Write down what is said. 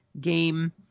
game